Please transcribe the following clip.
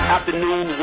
Afternoon